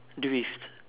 drift